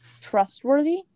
trustworthy